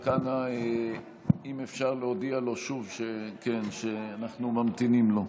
רק אנא, אם אפשר, להודיע שוב שאנחנו ממתינים לו.